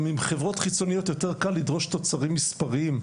גם עם חברות חיצוניות יותר קל לדרוש תוצרים מספריים,